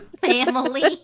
family